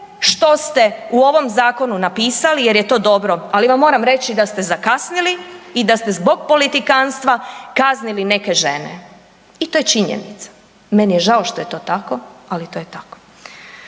što ste u ovom Zakonu napisali jer je to dobro, ali vam moram reći da ste zakasnili i da ste zbog politikantstva kaznili neke žene i to je činjenica. Meni je žao što je to tako, ali to je tako.